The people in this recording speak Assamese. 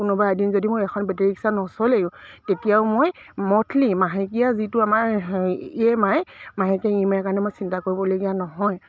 কোনোবা এদিন যদি মই এখন বেটেৰী ৰিক্সা নচলেও তেতিয়াও মই মন্থলি মাহেকীয়া যিটো আমাৰ ই এম আই মাহেকীয়া ই এম আইৰ কাৰণে মই চিন্তা কৰিবলগীয়া নহয়